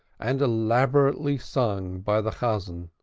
and elaborately sung by the chazan.